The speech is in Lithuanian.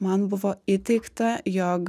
man buvo įteigta jog